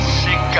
sick